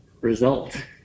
result